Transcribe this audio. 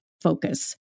focus